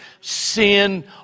sin